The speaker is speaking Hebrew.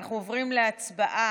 אנחנו עוברים להצבעה